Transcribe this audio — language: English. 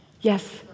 Yes